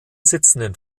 sitzenden